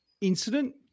incident